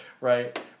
Right